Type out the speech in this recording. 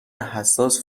حساس